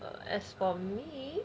as for me